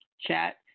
Chat